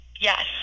Yes